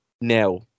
now